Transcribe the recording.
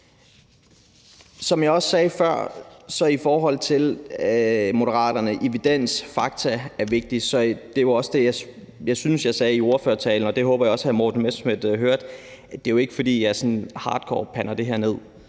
Som jeg også sagde før, er evidens og fakta vigtigt for Moderaterne. Det er jo også det, jeg synes jeg sagde i ordførertalen, og det håber jeg også at hr. Morten Messerschmidt hørte. Det er jo ikke, fordi jeg sådan hardcore pander det her ned.